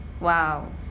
Wow